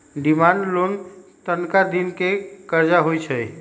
demand loan तनका दिन के करजा होइ छइ